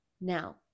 Now